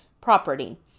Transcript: property